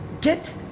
Get